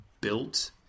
built